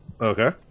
Okay